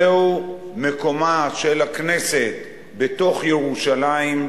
זהו מקומה של הכנסת בתוך ירושלים,